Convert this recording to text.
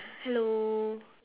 hello